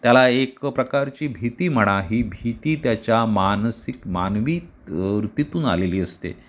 त्याला एक प्रकारची भीती म्हणा ही भीती त्याच्या मानसिक मानवी वृत्तीतून आलेली असते